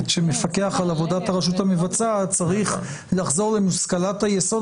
שמפקח על עבודת הרשות המבצעת צריך לחזור למושכלת היסוד